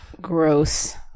Gross